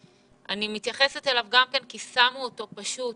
שאני גם מתייחסת אליו כי שמו אותו פשוט